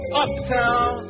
uptown